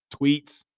tweets